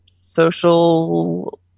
social